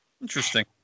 interesting